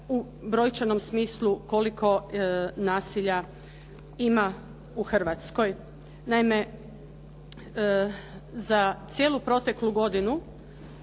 u brojčanom smislu koliko nasilja ima u Hrvatskoj. Naime, za cijelu proteklu godinu